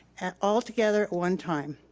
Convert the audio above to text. and all together at one time.